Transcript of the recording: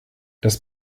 das